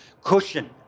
cushion